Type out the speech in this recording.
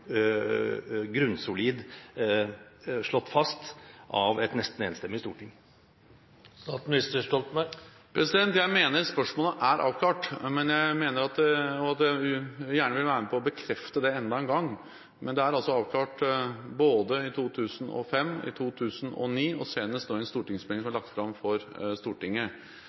grunnsolid slått fast av et nesten enstemmig storting. Jeg mener spørsmålet er avklart. Jeg vil gjerne være med på å bekrefte det enda en gang, men det er altså avklart både i 2005 og i 2009 og senest nå i en stortingsmelding som er lagt fram for Stortinget.